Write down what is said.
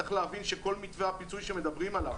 צריך להבין שכל מתווה הפיצוי שמדברים עליו,